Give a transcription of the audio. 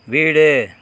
வீடு